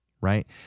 right